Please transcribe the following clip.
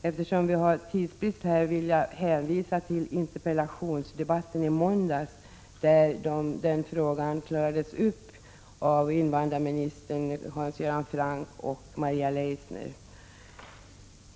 Eftersom vi har tidsbrist vill jag hänvisa till interpellationsdebatten i måndags, där den frågan klarades upp av invandrarministern, Hans Göran Franck och Maria Leissner.